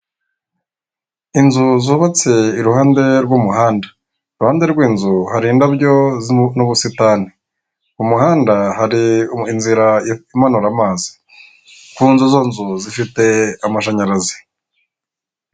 Inzu zubatse iruhande rw'umuhanda, kuruhande rw'inzu hari indabyo z'ubusitani, ku muhanda hari inzira imanura amazi.